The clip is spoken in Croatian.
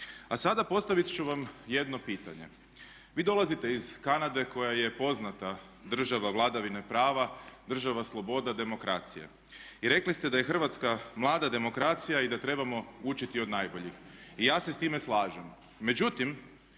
A sada postavit ću vam jedno pitanje, vi dolazite iz Kanade koja je poznata država vladavine prava, država sloboda demokracije i rekli ste da je Hrvatska mlada demokracija i da trebamo učiti od najboljih. I ja se s time slažem,